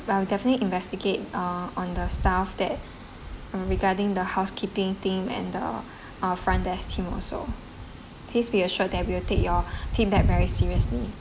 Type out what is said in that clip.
I'll definitely investigate uh on the staff that mm regarding the housekeeping team and the our front desk team also please be assured that we will take your feedback very seriously